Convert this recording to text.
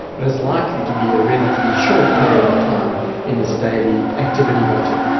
but it's likely to be a relatively short period of time in its daily activity budget.